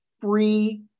free